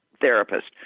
therapist